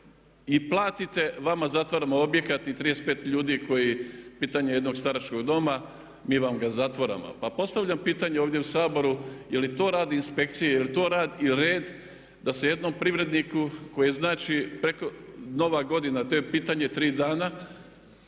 i platite vama zatvaramo objekat i 35 ljudi koji, pitanje jednog staračkog doma, mi vam ga zatvaramo. Pa postavljam pitanje ovdje u Saboru je li to radi inspekcija, je li to red da se jednom privredniku koji znači, nova godina, to je pitanje 3 dana,